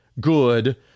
good